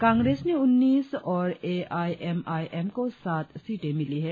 कांग्रेस ने उन्नीस और A I M I M को सात सीटें मिली हैं